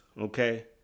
okay